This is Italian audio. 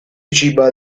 ciba